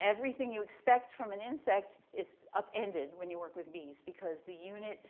everything you expect from an insect is up-ended when you work with bees, because the unit